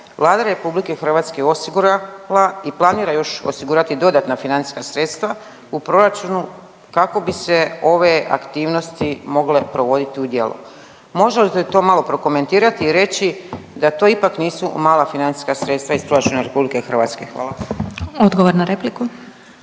Vlada RH osigurala i planira još osigurati dodatna financijska sredstva u proračunu kako bi se ove aktivnosti mogle provoditi u djelo. Može li te to malo prokomentirati i reći da to ipak nisu mala financijska sredstva iz proračuna RH? Hvala. **Glasovac, Sabina